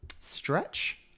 Stretch